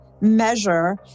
measure